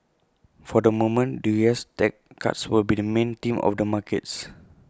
for the moment the U S tax cuts will be the main theme of the markets